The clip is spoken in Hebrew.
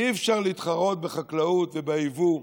אי-אפשר להתחרות בחקלאות ובייבוא,